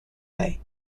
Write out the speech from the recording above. may